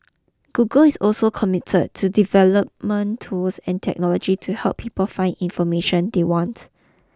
Google is also committer to development tools and technology to help people find information they want